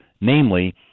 Namely